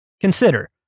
Consider